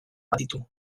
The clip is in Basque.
baditu